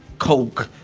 coke,